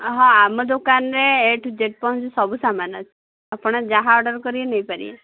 ଅହ ଆମ ଦୋକାନରେ ଏ ଠୁ ଯେଡ଼୍ ପର୍ଯ୍ୟନ୍ତ ସବୁ ସାମାନ ଅଛି ଆପଣ ଯାହା ଅର୍ଡ଼ର କରିବେ ନେଇପାରିବେ